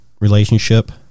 relationship